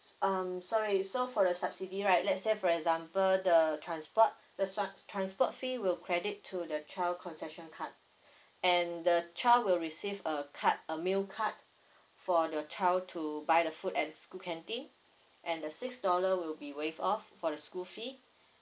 um sorry so for the subsidy right let's say for example the transport the trans~ transport fee will credit to the child concession card and the child will receive a card a meal card for the child to buy the food at the school canteen and the six dollar will be waive off for the school fee